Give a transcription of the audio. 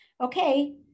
Okay